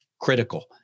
critical